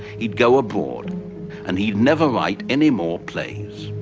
he'd go abroad and he'd never write any more plays.